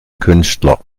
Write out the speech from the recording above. künstler